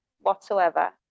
whatsoever